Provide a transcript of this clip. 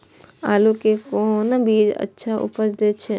आलू के कोन बीज अच्छा उपज दे छे?